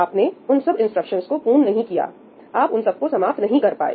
आपने उन सब इंस्ट्रक्शंस को पुर्ण नहीं किया आप उन सबको समाप्त नहीं कर पाए